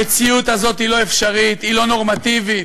המציאות הזאת היא לא אפשרית, היא לא נורמטיבית.